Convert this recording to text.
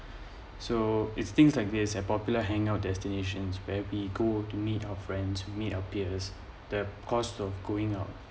so it's things like this and popular hang our destinations when we go to meet our friends meet appears the cost of going out